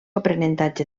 aprenentatge